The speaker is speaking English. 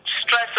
stress